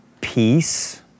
peace